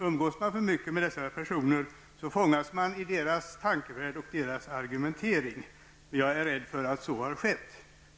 Umgås man för mycket med dessa personer fångas man i deras tankevärld och argumentering. Jag är rädd för att så har skett.